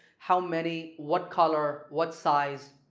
how many? what color? what size?